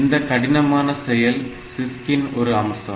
இந்த கடினமான செயல் CISC இன் ஒரு அம்சம்